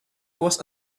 was